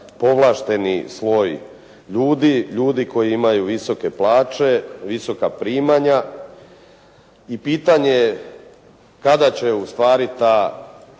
povlašteni sloj ljudi, ljudi koji imaju visoke plaće, visoka primanja i pitanje kada će u stvari ta